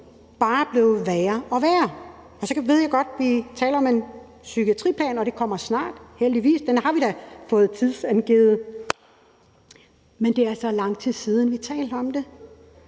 bare blev værre og værre? Og så ved jeg godt, at vi taler om en psykiatriplan, og den kommer snart – heldigvis. Den har vi da fået en tidsangivelse på. Men det er altså lang tid siden, vi har talt om det.